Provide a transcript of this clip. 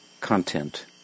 content